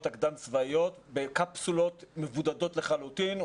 הקדם צבאיות בקפסולות מבודדות לחלוטין.